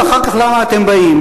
ואחר כך למה אתם באים,